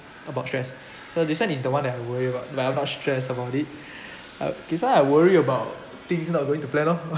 about stress so this one is the one that I worry about like about stress about it uh cause I worry about things not going to plan lor